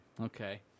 Okay